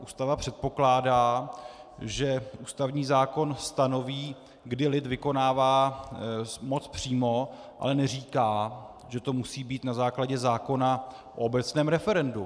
Ústava předpokládá, že ústavní zákon stanoví, kdy lid vykonává moc přímo, ale neříká, že to musí být na základě zákona o obecném referendu.